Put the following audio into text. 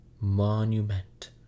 monument